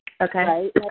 Okay